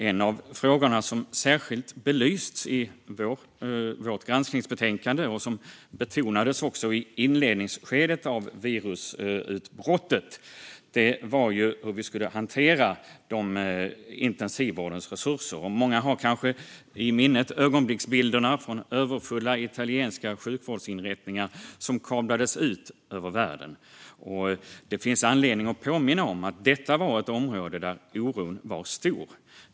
En av frågorna som särskilt belysts i vårt granskningsbetänkande och som betonades i inledningsskedet av virusutbrottet var hur vi skulle hantera intensivvårdens resurser. Många har kanske i minnet de ögonblicksbilder från överfulla italienska sjukvårdsinrättningar som kablades ut över världen. Det finns anledning att påminna om att detta var ett område där oron var stor.